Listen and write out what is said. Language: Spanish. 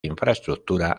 infraestructura